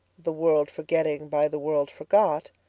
the world forgetting, by the world forgot,